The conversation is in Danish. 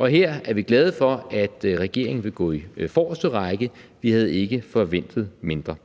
Her er vi glade for, at regeringen vil gå i forreste række – vi havde ikke forventet mindre.